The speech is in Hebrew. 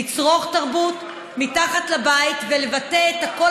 לצרוך תרבות מתחת לבית ולבטא את הקול